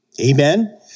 Amen